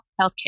healthcare